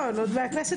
בכנסת